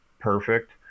perfect